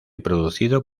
producido